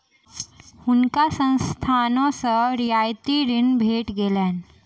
हुनका संस्थान सॅ रियायती ऋण भेट गेलैन